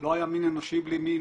לא היה מין אנושי בלי מין,